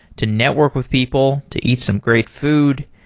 to network with people, to eat some great food,